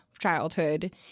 childhood